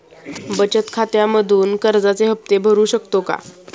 बचत खात्यामधून कर्जाचे हफ्ते भरू शकतो का?